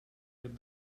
lloc